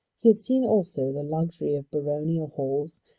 he had seen also the luxury of baronial halls,